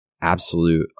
absolute